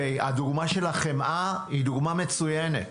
הדוגמה של החמאה היא דוגמה מצוינת